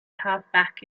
halfback